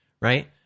right